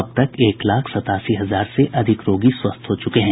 अब तक एक लाख सतासी हजार से अधिक रोगी स्वस्थ हो चुके हैं